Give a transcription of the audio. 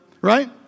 right